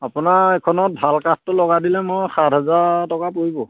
আপোনাৰ এইখনত ভাল কাঠটো লগাই দিলে মই সাত হাজাৰ টকা পৰিব